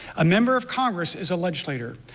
a member of congress is a legislator.